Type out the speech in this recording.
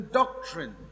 doctrine